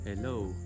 Hello